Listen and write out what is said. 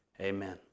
Amen